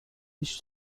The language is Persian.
هیچ